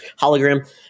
hologram